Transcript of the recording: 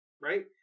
right